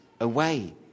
away